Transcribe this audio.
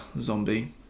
zombie